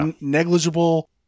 negligible